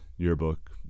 yearbook